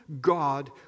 God